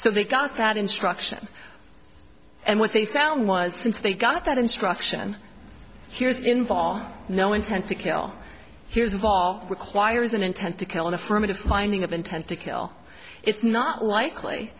so they got that instruction and what they found was since they got that instruction here's involve no intent to kill here's involved requires an intent to kill an affirmative finding of intent to kill it's not likely